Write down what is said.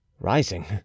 rising